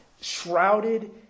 Shrouded